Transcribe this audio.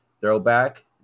throwback